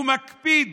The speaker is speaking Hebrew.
הוא מקפיד